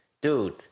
dude